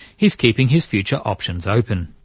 he's keeping his future options open.